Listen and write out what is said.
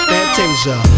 Fantasia